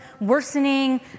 worsening